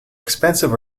expensive